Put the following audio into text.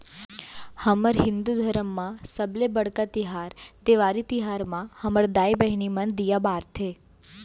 हमर हिंदू धरम म सबले बड़का तिहार देवारी तिहार म हमर दाई बहिनी मन दीया बारथे